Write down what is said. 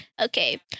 Okay